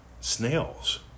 snails